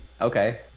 okay